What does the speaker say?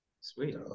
Sweet